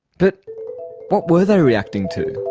but what were they reacting to?